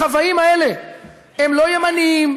החוואים האלה הם לא ימנים,